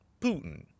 Putin